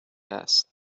است